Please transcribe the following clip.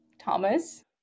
Thomas